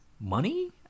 money